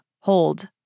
Hold